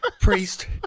priest